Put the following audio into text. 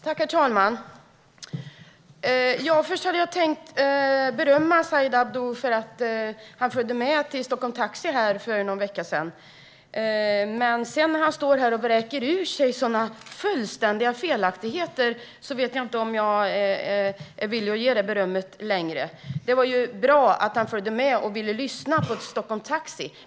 Herr talman! Jag hade först tänkt berömma Said Abdu för att han följde med till Taxi Stockholm för någon vecka sedan. Men nu står han här och vräker ur sig sådana fullständiga felaktigheter att jag inte vet om jag är villig att ge honom det berömmet längre. Det var bra att han ville följa med och lyssna på Taxi Stockholm.